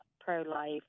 pro-life